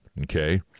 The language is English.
Okay